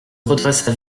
redressa